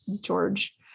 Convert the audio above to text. George